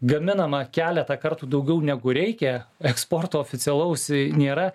gaminama keletą kartų daugiau negu reikia eksporto oficialaus nėra